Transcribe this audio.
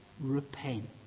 repent